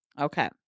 Okay